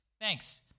Thanks